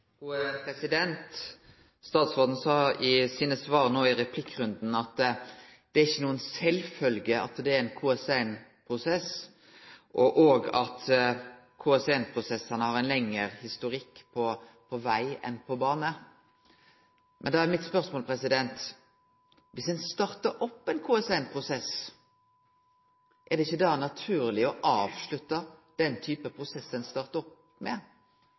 ein KS1-prosess, og òg at KS1-prosessane har ein lengre historikk på veg enn på bane. Men da er mitt spørsmål: Dersom ein startar opp ein KS1-prosess, er det ikkje da naturleg å avslutte den typen prosess som ein har starta opp?